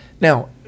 Now